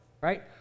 Right